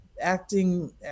acting